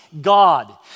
God